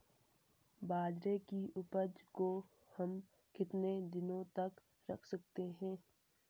बाजरे की उपज को हम कितने दिनों तक रख सकते हैं?